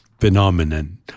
phenomenon